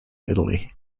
italy